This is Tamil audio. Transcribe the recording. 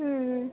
ம் ம்